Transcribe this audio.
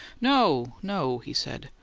no, no, he said.